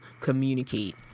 communicate